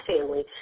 family